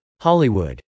Hollywood